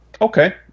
Okay